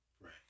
Right